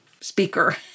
speaker